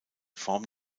formen